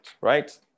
right